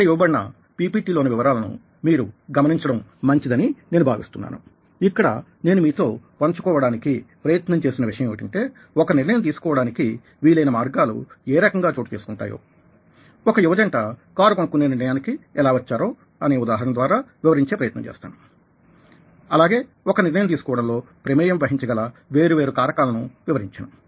ఇక్కడ ఇవ్వబడిన PPT లోని వివరాలను మీరు గమనించడం మంచిదని నేను భావిస్తున్నాను ఇక్కడ నేను మీతో పంచుకోవడానికి ప్రయత్నం చేసిన విషయం ఏమిటంటే ఒక నిర్ణయం తీసుకోవడానికి వీలైన మార్గాలు ఏ రకంగా చోటు చేసుకుంటాయో ఒక యువ జంట కారు కొనుక్కునే నిర్ణయానికి ఎలా వచ్చారో ఆ ఉదాహరణ ద్వారా వివరించే ప్రయత్నం చేసానుఅలాగే ఒక నిర్ణయం తీసుకోవడం లో ప్రమేయం వహించగల వేరు వేరు కారకాలను వివరించాను